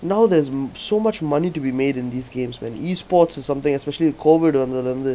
now there's so much money to be made in these games man E sports or something especially of COVID வந்ததுல இருந்து:vanthathula irunthu